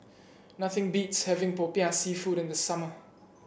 nothing beats having popiah seafood in the summer